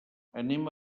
anem